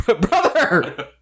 brother